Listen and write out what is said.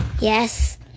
Yes